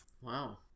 Wow